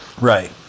right